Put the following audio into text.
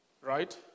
right